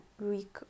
week